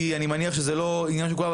כי אני מניח שזה לא עניין של כולם,